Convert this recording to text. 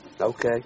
okay